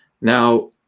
Now